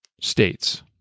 states